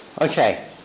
Okay